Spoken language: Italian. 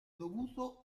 dovuto